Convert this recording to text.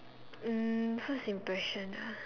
um first impression ah